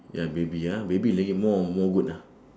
ya baby ah baby lagi more more good ah